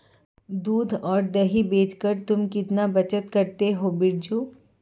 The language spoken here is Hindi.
दूध और दही बेचकर तुम कितना बचत करते हो बिरजू?